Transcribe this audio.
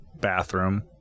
bathroom